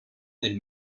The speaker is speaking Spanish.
del